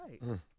right